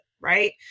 Right